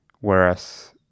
whereas